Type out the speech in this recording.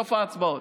בסוף ההצבעות.